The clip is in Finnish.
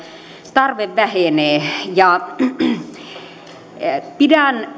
tarve vähenee pidän